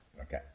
Okay